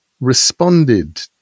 responded